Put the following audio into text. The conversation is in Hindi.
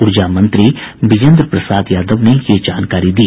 ऊर्जा मंत्री बिजेन्द्र प्रसाद यादव ने यह जानकारी दी